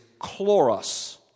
chloros